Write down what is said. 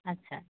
আচ্ছা